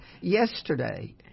Yesterday